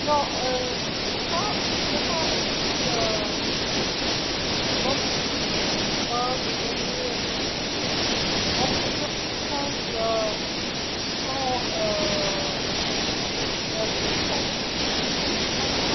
لا، أنا لست، ليس لدي روح للحساب إذن صعب علي أن أعطي أرقاما بين صفر وخمسة عشر بدون بدون ترتيب، مانعرفش.